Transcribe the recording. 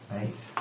eight